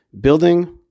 building